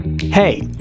Hey